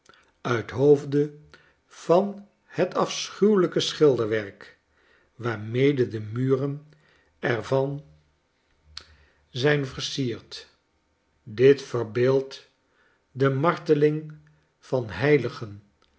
uithoofde van het afschuwelijke schilderwerk waarmede de muren er van zijn versierd dit verbeeldt de marteling van heiligen